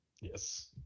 Yes